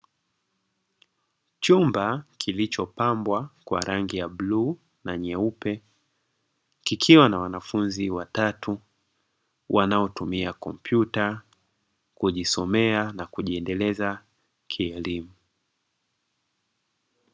Chumba kilichopambwa kwa rangi bluu na nyeupe, kikiwa na wanafunzi watatu wanaotumia kompyuta kujisomea na kujiendeleza kielimu.